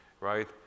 right